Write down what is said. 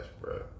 bro